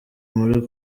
muri